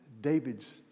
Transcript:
David's